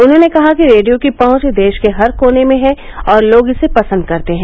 उन्होंने कहा कि रेडियो की पहुंच देश के हर कोने में है और लोग इसे पसंद करते हैं